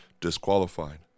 disqualified